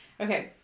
Okay